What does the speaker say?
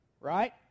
right